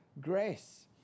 grace